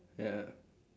ya